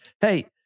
Hey